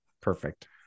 Perfect